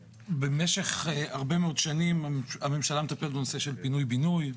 במשך הרבה מאוד שנים הממשלה מטפלת בנושא של פינוי בינוי.